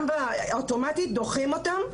גם באוטומטית דוחים אותם,